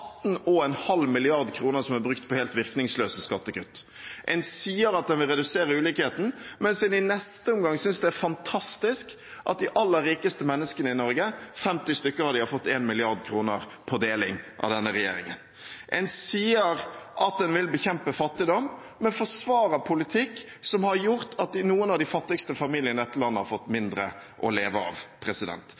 som er brukt på helt virkningsløse skattekutt. En sier at en vil redusere ulikheten, mens en i neste omgang synes det er fantastisk at de aller rikeste menneskene i Norge – 50 av dem – har fått 1 mrd. kr på deling av denne regjeringen. En sier at en vil bekjempe fattigdom, men forsvarer politikk som har gjort at noen av de fattigste familiene i dette landet har fått mindre å leve av.